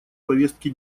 повестки